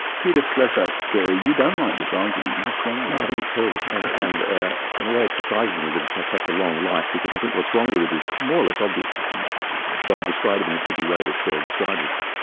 peter slezak, you don't like this argument. what's wrong with it? no, i think it's terrible, and and ah in a way it surprises me that it's had such a long life, because i think what's wrong with it is more or less obvious if you don't describe it in the tricky way that searle describes it.